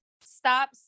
stop